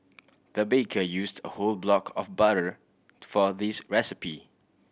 the baker used a whole block of butter for this recipe